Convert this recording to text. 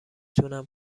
تونم